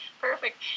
perfect